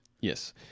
Yes